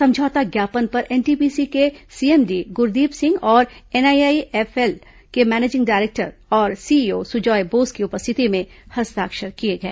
समझौता ज्ञापन पर एनटीपीसी के सीएमडी गुरदीप सिंह और एनआईआईएफएल के मैनेजिंग डायरेक्टर और सीईओ सुजाय बोस की उपस्थिति में हस्ताक्षर किए गए